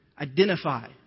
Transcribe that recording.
Identify